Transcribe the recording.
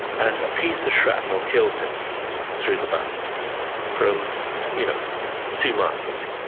and a piece of shrapnel kills him through the back from you know two miles away,